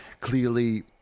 clearly